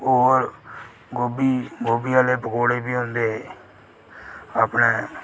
होर गोभी गोभी आह्ले पकौड़े बी होंदे अपने